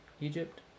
Egypt